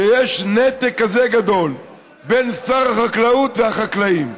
שיש נתק כזה גדול בין שר החקלאות והחקלאים,